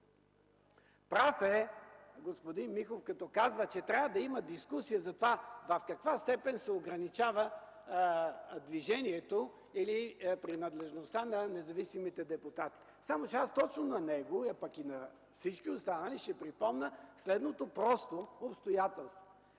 Прав е господин Миков, като казва, че трябва да има дискусия за това в каква степен се ограничава движението или принадлежността на независимите депутати. Само че аз точно на него, пък и на всички останали ще припомня следното просто обстоятелство.